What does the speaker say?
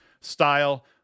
style